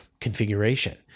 configuration